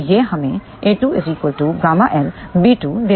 तो यह हमें a2 ƬL b2 देता है